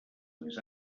més